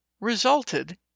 resulted